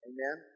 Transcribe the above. Amen